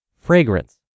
fragrance